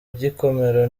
gikomero